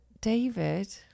David